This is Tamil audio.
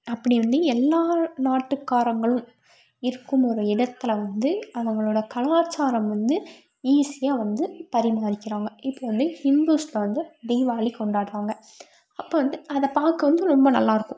அப்படி வந்து எல்லா நாட்டுக்காரங்களும் இருக்கும் ஒரு இடத்தில் வந்து அவங்களோடய கலாச்சாரம் வந்து ஈஸியாக வந்து பரிமாறிக்கிறாங்க இப்போ வந்து ஹிந்துஸில் வந்து தீபாவளி கொண்டாடுறாங்க அப்போ வந்து அதை பார்க்க வந்து ரொம்ப நல்லாருக்கும்